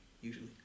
usually